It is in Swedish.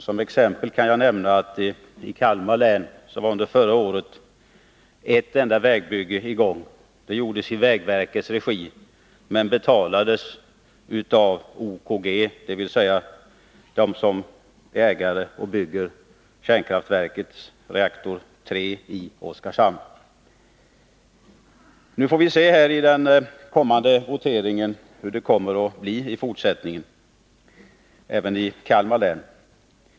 Som exempel kan jag nämna att i Kalmar län var under förra året ett enda vägbygge i gång. Det gjordes i vägverkets regi, men betalades av OKG, dvs. av dem som äger kärnkraftverket och som bygger reaktor 3 i Oskarshamn. Nu får vi i den kommande voteringen se hur det kommer att bli i fortsättningen även i Kalmar län.